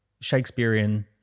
Shakespearean